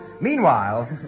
Meanwhile